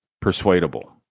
persuadable